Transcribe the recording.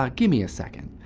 ah give me a second,